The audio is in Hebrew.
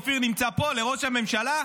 אופיר נמצא פה לראש הממשלה: